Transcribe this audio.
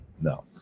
No